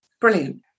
brilliant